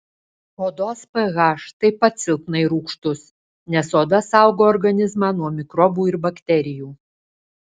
odos ph taip pat silpnai rūgštus nes oda saugo organizmą nuo mikrobų ir bakterijų